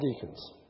deacons